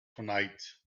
tonight